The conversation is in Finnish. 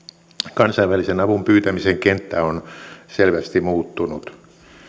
kansainvälisen avun pyytämisen kenttä on selvästi muuttunut